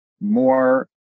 more